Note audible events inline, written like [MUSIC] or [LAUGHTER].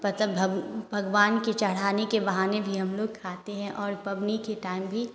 [UNINTELLIGIBLE] भगवान के चढ़ाने के बहाने भी हम लोग खाते हैं और पबनी के टाइम भी